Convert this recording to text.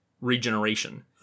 regeneration